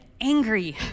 angry